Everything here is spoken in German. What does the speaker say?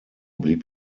blieb